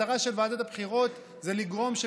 המטרה של ועדת הבחירות היא לגרום לכך